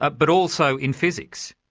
ah but also in physics.